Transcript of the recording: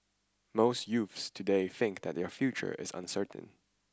most youths today think that their future is uncertain